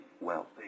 wealthy